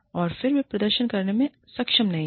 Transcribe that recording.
और फिर वे प्रदर्शन करने में सक्षम नहीं हैं